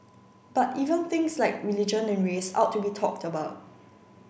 but even things like religion and race ought to be talked about